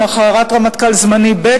למחרת רמטכ"ל זמני ב',